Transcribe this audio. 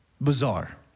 Bizarre